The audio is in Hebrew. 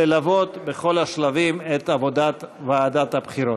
ללוות בכל השלבים את עבודת ועדת הבחירות.